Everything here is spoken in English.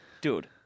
Dude